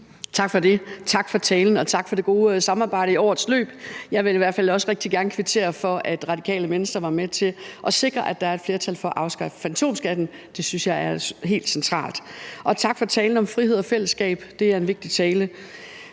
Tak for det, tak for talen og tak for det gode samarbejde i årets løb. Jeg vil i hvert fald også rigtig gerne kvittere for, at Radikale Venstre var med til at sikre, at der er et flertal for at afskaffe fantomskatten – det synes jeg er helt centralt. Og tak for talen om frihed og fællesskab; det er en vigtig tale.